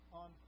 on